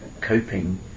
coping